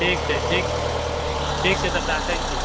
ठीक छै ठीक छै तब राखै छी